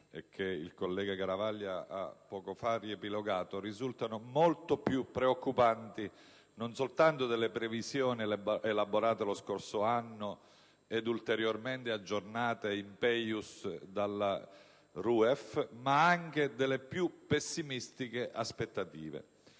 che il collega Garavaglia ha poco fa riepilogato, risultano molto più preoccupanti non soltanto delle previsioni elaborate lo scorso anno ed ulteriormente aggiornate, *in peius*, dalla RUEF, ma anche delle più pessimistiche aspettative.